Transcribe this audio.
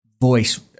voice